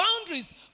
boundaries